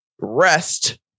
rest